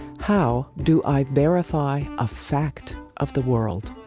how do i verify a fact of the world?